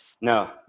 no